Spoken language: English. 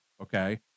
okay –